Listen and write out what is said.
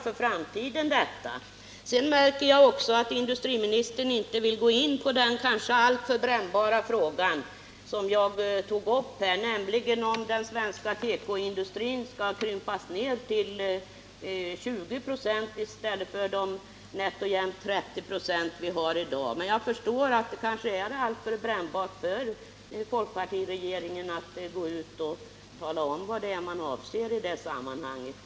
Jag märkte också att industriministern inte ville gå in på min kanske alltför brännbara fråga om huruvida den svenska tekoproduktionen skall krympas Nr 84 ned till 20 96 av vår försörjningsgrad i stället för dagens nätt och jämnt.30 96. Jag förstår att det kanske kan vara alltför brännbart för folkpartiregeringen att gå ut och tala om vilka avsikter den har i det här sammanhanget.